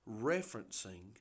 referencing